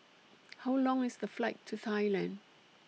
How Long IS The Flight to Thailand